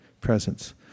presence